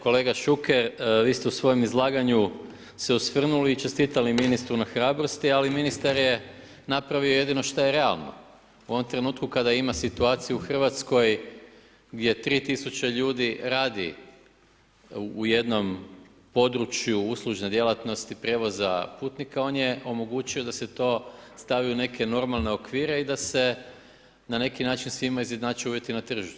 Kolega Šuker, vi ste u svojem izlaganju se osvrnuli i čestitali ministru na hrabrosti ali ministar je napravio jedino što je realno u ovom trenutku kada ima situaciju u Hrvatskoj gdje 3000 ljudi radi u jednom području uslužne djelatnosti prijevoza putnika, on je omogućio da ste to stavi u neke normalne okvire i da se na neki način svima izjednače uvjeti na tržištu.